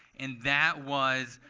and that was,